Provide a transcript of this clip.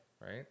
right